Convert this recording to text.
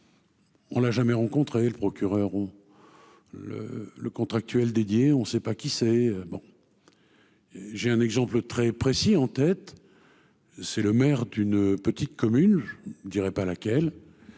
On n'a jamais rencontré le procureur on le le contractuel dédié, on sait pas qui c'est, bon j'ai un exemple très précis en tête, c'est le maire d'une petite commune dirai pas laquelle,